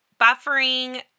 buffering